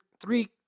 three